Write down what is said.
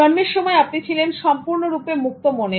জন্মের সময় আপনি ছিলেন সম্পূর্ণরূপে মুক্ত মনের